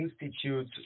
institute